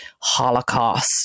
Holocaust